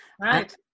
Right